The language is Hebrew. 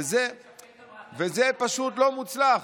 וזה פשוט לא מוצלח.